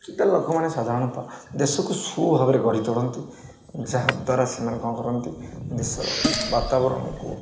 ଲୋକମାନେ ସାଧାରଣତଃ ଦେଶକୁ ସୁଭାବରେ ଗଢ଼ି ତୋଳନ୍ତି ଯାହାଦ୍ୱାରା ସେମାନେ କ'ଣ କରନ୍ତି ଦେଶର ବାତାବରଣକୁ